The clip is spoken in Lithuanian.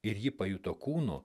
ir ji pajuto kūnu